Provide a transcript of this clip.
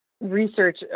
research